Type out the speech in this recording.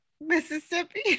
Mississippi